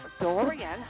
Dorian